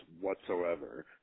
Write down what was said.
whatsoever